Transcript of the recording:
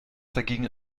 dagegen